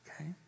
Okay